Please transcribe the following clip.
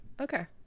Okay